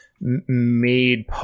made